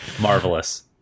Marvelous